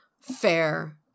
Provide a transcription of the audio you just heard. fair